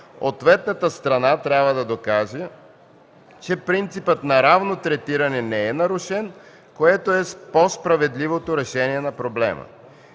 ответната страна трябва да докаже, че принципът на равно третиране не е нарушен, което е по-справедливото решение на проблема.